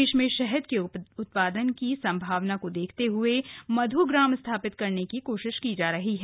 प्रदेश में शहद के उत्पादन की संभावना देखते हुए मध् ग्राम स्थापित करने की कोशिश की जा रही है